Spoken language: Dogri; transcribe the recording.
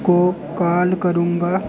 को काल करूंगा